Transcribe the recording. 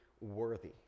worthy